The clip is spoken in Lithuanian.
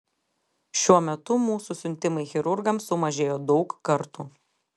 šiuo metu mūsų siuntimai chirurgams sumažėjo daug kartų